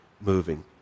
moving